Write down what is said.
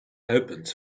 opens